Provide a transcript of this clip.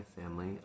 family